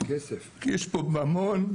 יש פה ממון?